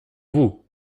vous